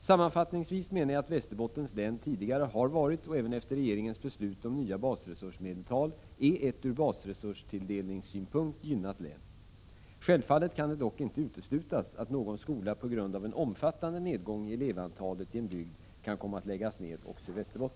Sammanfattningsvis menar jag att Västerbottens län tidigare har varit och även efter regeringens beslut om nya basresursmedeltal är ett ur basresurstilldelningssynpunkt gynnat län. Självfallet kan det dock inte uteslutas att någon skola på grund av en omfattande nedgång i elevantalet i en bygd kan komma att läggas ned också i Västerbotten.